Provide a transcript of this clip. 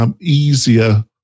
Easier